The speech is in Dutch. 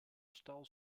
stal